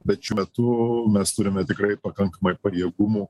bet šiuo metu mes turime tikrai pakankamai pajėgumų